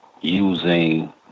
using